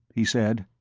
he said,